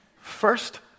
First